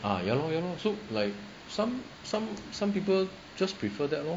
ah ya lor ya lor so like some some some people just prefer that lor